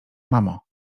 mamo